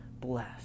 bless